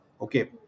Okay